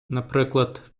наприклад